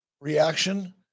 reaction